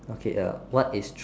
okay uh what is